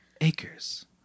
Acres